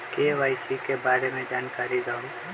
KYC के बारे में जानकारी दहु?